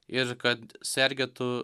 ir kad sergėtų